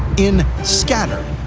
in scattered,